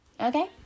okay